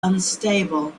unstable